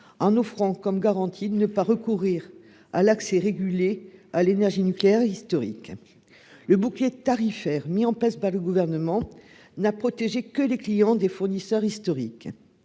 en offrant comme garantie de ne pas recourir à l'accès régulé à l'énergie nucléaire historique le bouclier tarifaire mis en place par le gouvernement n'a protégé que les clients des fournisseurs historiques